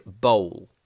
bowl